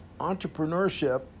entrepreneurship